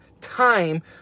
time